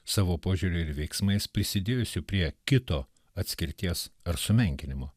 savo požiūriu ir veiksmais prisidėjusių prie kito atskirties ar sumenkinimo